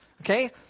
Okay